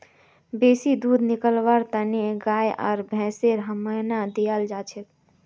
बेसी दूध निकलव्वार तने गाय आर भैंसक हार्मोन दियाल जाछेक